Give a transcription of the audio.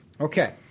Okay